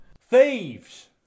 THIEVES